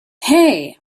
hey